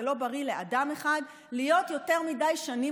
זה לא בריא לאדם אחד להיות יותר מדי שנים